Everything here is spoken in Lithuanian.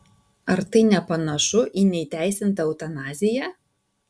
ar tai nepanašu į neįteisintą eutanaziją